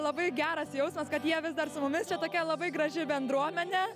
labai geras jausmas kad jie vis dar su mumis čia tokia labai graži bendruomenė